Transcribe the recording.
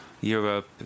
Europe